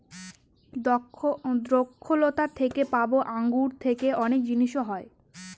দ্রক্ষলতা থেকে পাবো আঙ্গুর থেকে অনেক জিনিস হয়